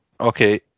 Okay